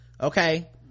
okay